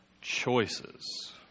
choices